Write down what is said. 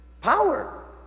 Power